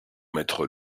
mettre